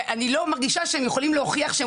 אני לא מרגישה שהם יכולים להוכיח שהם